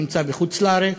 שנמצא בחוץ-לארץ,